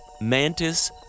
mantis